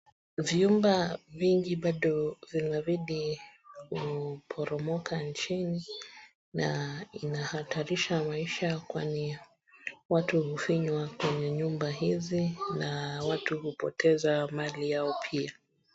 Vyumba vingi bado vinazidi kupororomoka nchini na inahatarisha maisha kwani watu hufinywa kwenye nyumba hizi na watu hupoteza mali yao pia.